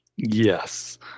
Yes